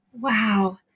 Wow